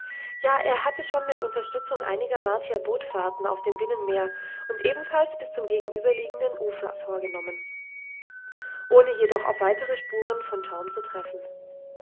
ja er hatte schon mit unterstützung einiger martier bootfahrten auf dem binnenmeer und ebenfalls bis zum gegenüberliegenden ufer vorgenommen ohne jedoch auf weitere spuren von torm zu treffen